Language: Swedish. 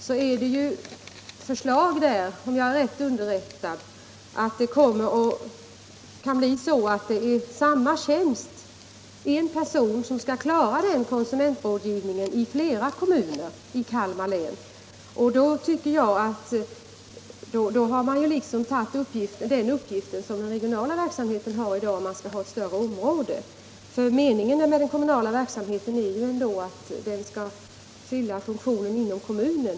Om jag är riktigt underrättad föreligger det där förslag om att en och samma person skall sköta kon sumentrådgivningen i flera kommuner i Kalmar län. Men med ett sådant större arbetsområde har man övertagit den uppgift som den regionala verksamheten har i dag. Meningen med den kommunala verksamheten är ju ändå att den skall fylla funktionen inom kommunen.